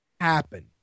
happen